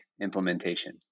implementation